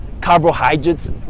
carbohydrates